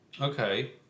Okay